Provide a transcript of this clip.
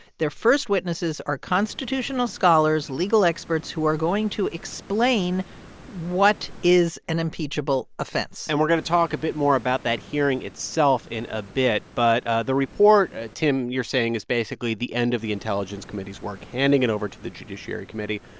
their first witnesses are constitutional scholars, legal experts who are going to explain what is an impeachable offense and we're going to talk a bit more about that hearing itself in a bit. but ah the report, ah tim, you're saying, is basically the end of the intelligence committee's work, handing it over to the judiciary committee.